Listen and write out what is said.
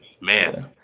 man